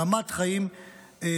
ברמת חיים הוגנת.